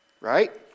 Right